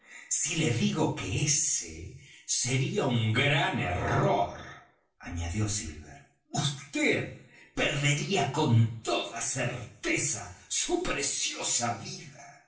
si le digo que ese sería un gran error añadió silver vd perdería con toda certeza su preciosa vida